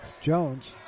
Jones